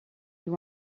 you